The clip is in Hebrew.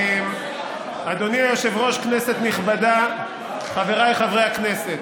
אדוני היושב-ראש, כנסת נכבדה, חבריי חברי הכנסת,